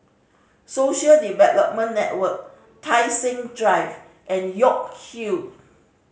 Social Development Network Tai Seng Drive and York Hill